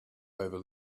over